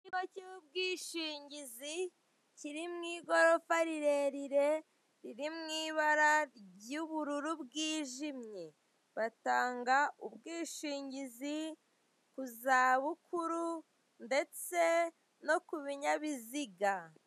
Ikigo cy'ubwishingizi kiri mu igorofa rirerire, riri mu ibara ry'ubururu bwijimye. Batanga ubwishingizi ku za bukuru ndetse no ku binyabiziga.